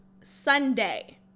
Sunday